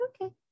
okay